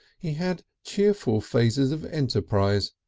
he had cheerful phases of enterprise,